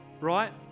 right